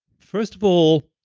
first of all,